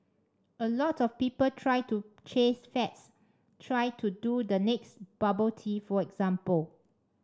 a lot of people try to chase fads try to do the next bubble tea for example